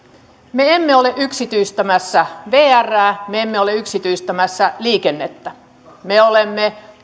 me emme ole yksityistämässä vrää me emme ole yksityistämässä liikennettä me olemme